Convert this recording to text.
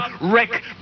wreck